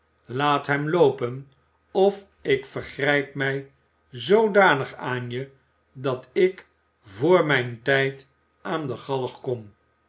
laat hem loopen of ik vergrijp mij zoodanig aan je dat ik vr mijn tijd aan de galg kom